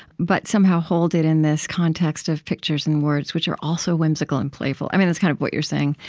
but somehow hold it in this context of pictures and words which are also whimsical and playful. that's kind of what you're saying.